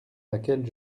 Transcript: laquelle